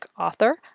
author